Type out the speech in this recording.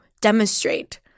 demonstrate